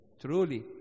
Truly